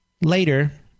later